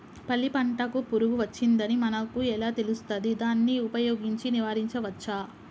పల్లి పంటకు పురుగు వచ్చిందని మనకు ఎలా తెలుస్తది దాన్ని ఉపయోగించి నివారించవచ్చా?